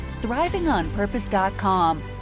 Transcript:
thrivingonpurpose.com